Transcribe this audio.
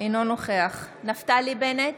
אינו נוכח נפתלי בנט,